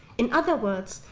in other words,